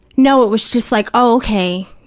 no, it was just like, oh, okay,